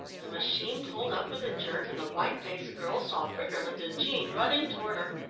the machine pulled up with a jerk, and the white-faced girl saw briggerland and jean running toward her.